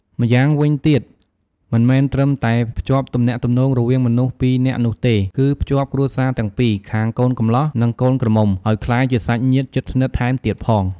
ម្យ៉ាងវិញទៀត មិនមែនត្រឹមតែភ្ជាប់ទំនាក់ទំនាងរវាងមនុស្សពីរនាក់នោះទេ គឺភ្ជាប់គ្រួសារទាំងពីរ ខាងកូនកំលោះ និងកូនក្រមុំ ឲ្យក្លាយជាសាច់ញាតិជិតស្និទ្ធថែមទៀតផង។